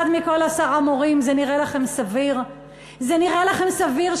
אחד מכל עשרה מורים, זה נראה לכם סביר?